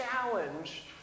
challenge